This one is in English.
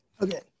Okay